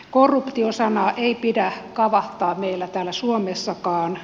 korruptio sanaa ei pidä kavahtaa meillä täällä suomessakaan